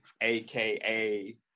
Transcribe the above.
aka